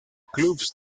clubs